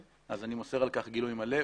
אז אני מוסר על כך גילוי מלא.